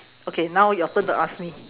okay now your turn to ask me